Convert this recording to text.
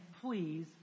please